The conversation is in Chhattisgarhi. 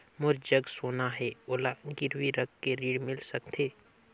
मोर जग सोना है ओला गिरवी रख के ऋण मिल सकथे?